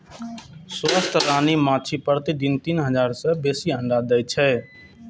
स्वस्थ रानी माछी प्रतिदिन तीन हजार सं बेसी अंडा दै छै